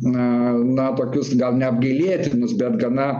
na na tokius gal ne apgailėtinus bet gana